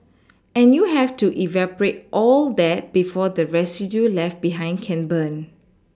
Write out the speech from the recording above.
and you have to evaporate all that before the residue left behind can burn